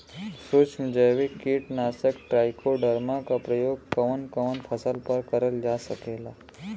सुक्ष्म जैविक कीट नाशक ट्राइकोडर्मा क प्रयोग कवन कवन फसल पर करल जा सकेला?